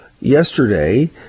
yesterday